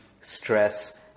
stress